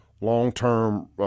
long-term